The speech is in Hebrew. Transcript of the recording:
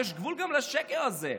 יש גבול גם לשקר הזה.